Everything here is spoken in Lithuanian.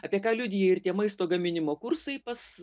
apie ką liudija ir tie maisto gaminimo kursai pas